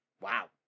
wow